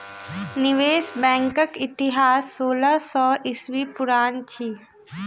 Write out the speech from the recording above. निवेश बैंकक इतिहास सोलह सौ ईस्वी पुरान अछि